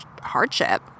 hardship